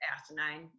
asinine